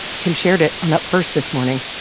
tim shared it on up first this morning.